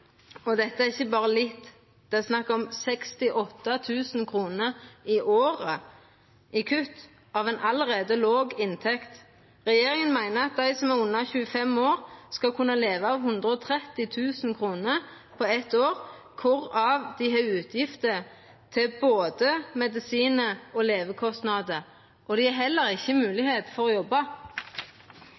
Og dette er ikkje berre litt. Det er snakk om 68 000 kr i året i kutt av ei allereie låg inntekt. Regjeringa meiner at dei som er under 25 år, skal kunna leva av 130 000 kr på eit år, som skal dekkja både utgiftene dei har til medisinar og levekostnader. Dei har heller ikkje moglegheit til å jobba.